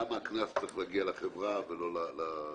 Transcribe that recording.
למה הקנס צריך להגיע לחברה ולא למדינה?